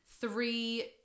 three